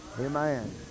Amen